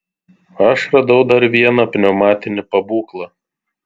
aš radau dar vieną pneumatinį pabūklą